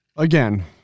again